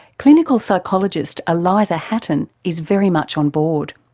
clinical psychologist eliza hatten is very much on board.